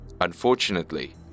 Unfortunately